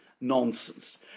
nonsense